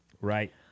Right